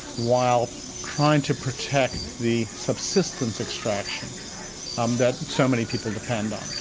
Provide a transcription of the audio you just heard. while trying to protect the subsistence extraction um that so many people depend on.